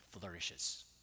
flourishes